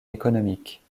économique